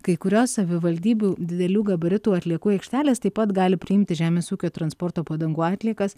kai kurios savivaldybių didelių gabaritų atliekų aikštelės taip pat gali priimti žemės ūkio transporto padangų atliekas